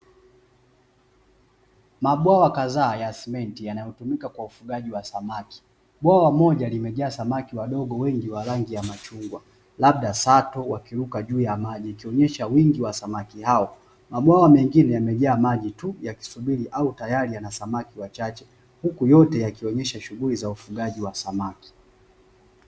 Mabwawa kadhaa ya simenti yanayotumika kwa ufugaji wa samaki. Bwawa moja limejaa samaki wadogo wengi wa rangi ya machungwa labda sato wakiruka juu ya maji wakionyesha wingi wa samaki hao. Mabwawa mengine yana maji tu yakisubiri au tayari yana samaki wachache huku yote yakionyesha shughuli za ufugaji wa samaki.